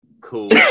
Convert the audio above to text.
cool